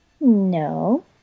No